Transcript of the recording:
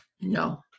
No